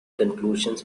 conclusions